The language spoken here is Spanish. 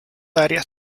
áreas